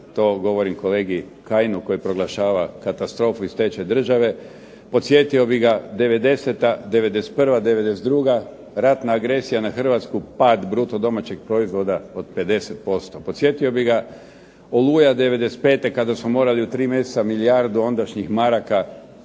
to govorim kolegi Kajinu koji proglašava katastrofu iz treće države. Podsjetio bih ga, '90., '91., '92., ratna agresija na Hrvatsku, pad bruto domaćeg proizvoda od 50%. Podsjetio bih ga, Oluja '95. kada smo morali u tri mjeseca milijardu ondašnjih maraka